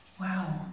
Wow